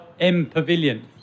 MPavilion